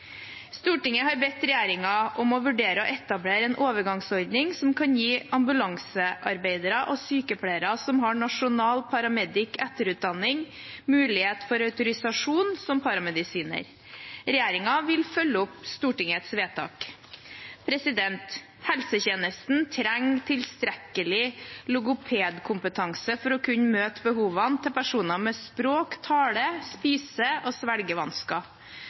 Stortinget har bedt regjeringen om å vurdere å etablere en overgangsordning som kan gi ambulansearbeidere og sykepleiere som har Nasjonal paramedic-etterutdanning, mulighet for autorisasjon som paramedisiner. Regjeringen vil følge opp Stortingets vedtak. Helsetjenesten trenger tilstrekkelig logopedikompetanse for å kunne møte behovene til personer med språk-, tale-, spise- og svelgevansker.